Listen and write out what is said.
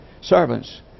servants